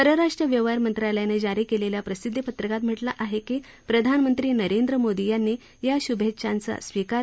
परराष्ट्र व्यवहार मंत्रालयानं जारी केलेल्या प्रसिद्धी पत्रकात म्हटलं आहे की प्रधानमंत्री नरेंद्र मोदी यांनी या श्भेच्छांचा स्वीकार करुन धन्यवाद दिले आहेत